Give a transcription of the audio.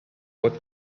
pot